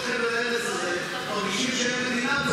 חבל הארץ הזו מרגישים שאין להם מדינה,